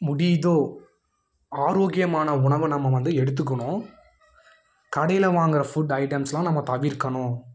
முடியுதோ ஆரோக்கியமான உணவை நம்ம வந்து எடுத்துக்கணும் கடையில் வாங்குற ஃபுட் ஐட்டம்ஸ்லாம் நம்ம தவிர்க்கணும்